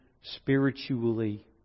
spiritually